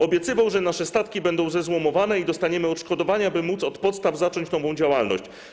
Obiecywał, że nasze statki będą zezłomowane i dostaniemy odszkodowania, by móc od podstaw zacząć nową działalność.